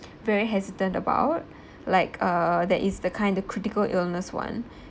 very hesitant about like uh that is the kind of critical illness one